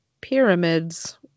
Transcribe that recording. pyramids